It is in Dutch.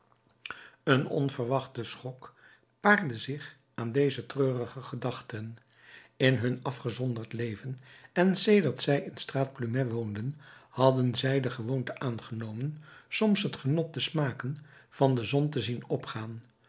een onverwachte schok paarde zich aan deze treurige gedachten in hun afgezonderd leven en sedert zij in de straat plumet woonden hadden zij de gewoonte aangenomen soms het genot te smaken van de zon te zien opgaan